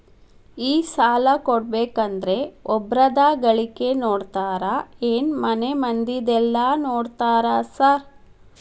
ಈ ಸಾಲ ಕೊಡ್ಬೇಕಂದ್ರೆ ಒಬ್ರದ ಗಳಿಕೆ ನೋಡ್ತೇರಾ ಏನ್ ಮನೆ ಮಂದಿದೆಲ್ಲ ನೋಡ್ತೇರಾ ಸಾರ್?